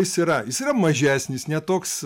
jis yra jis yra mažesnis ne toks